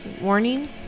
Warning